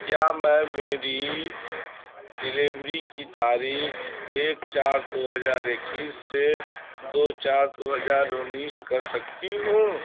کیا میں میری ڈیلیوری کی تاریخ ایک چار دو ہزار اکیس سے دو چار دو ہزار انیس کر سکتی ہوں